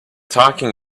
talking